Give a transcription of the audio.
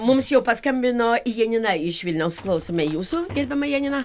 mums jau paskambino janina iš vilniaus klausome jūsų gerbiama janina